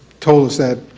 told us that